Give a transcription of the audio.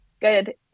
good